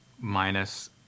minus